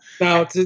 Now